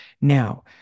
Now